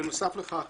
בנוסף לכך,